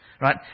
Right